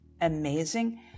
amazing